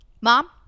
Mom